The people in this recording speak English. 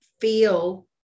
feel